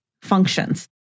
functions